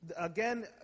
Again